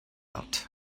out